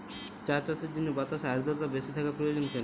চা চাষের জন্য বাতাসে আর্দ্রতা বেশি থাকা প্রয়োজন কেন?